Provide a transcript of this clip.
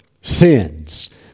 sins